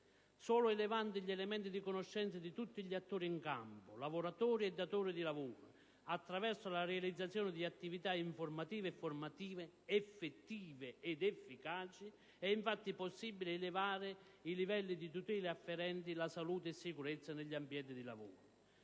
Solo elevando gli elementi di conoscenza di tutti gli attori in campo, lavoratori e datori di lavoro, attraverso la realizzazione di attività informative e formative, effettive ed efficaci, è infatti possibile elevare i livelli di tutela afferenti alla salute e alla sicurezza negli ambienti di lavoro.